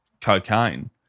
cocaine